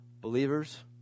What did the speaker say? Believers